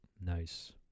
Nice